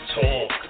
Talk